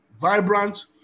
vibrant